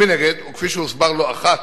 מנגד, כפי שהוסבר לא אחת,